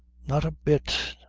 not a bit.